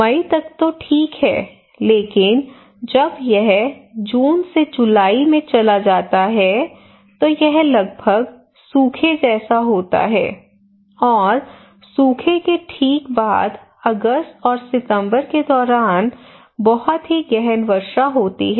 मई तक तो ठीक है लेकिन जब यह जून या जुलाई में चला जाता है तो यह लगभग सूखे जैसा होता है और सूखे के ठीक बाद अगस्त और सितंबर के दौरान बहुत ही गहन वर्षा होती है